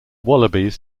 wallabies